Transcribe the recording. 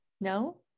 No